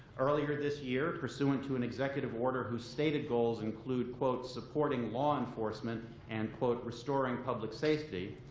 earlier this year, pursuant to an executive order whose stated goals include quote supporting law enforcement and quote restoring public safety,